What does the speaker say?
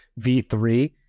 v3